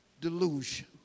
delusion